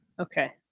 okay